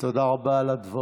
תודה על הדברים.